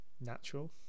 natural